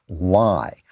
lie